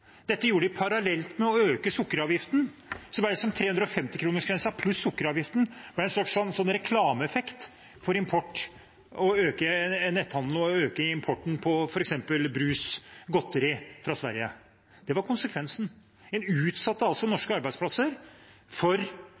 Dette gjorde de parallelt med å øke sukkeravgiften. 350-kronersgrensen pluss sukkeravgiften ble en slags reklameeffekt for import, for å øke netthandelen og øke importen av f.eks. brus og godteri fra Sverige. Det var konsekvensen. En utsatte norske arbeidsplasser for